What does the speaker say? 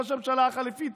ראש הממשלה החליפי,